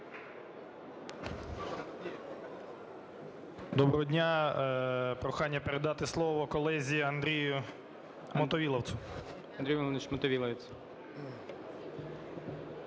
Доброго дня! Прохання передати слово колезі Андрію Мотовиловцю. ГОЛОВУЮЧИЙ. Андрій Володимирович Мотовиловець.